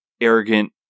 arrogant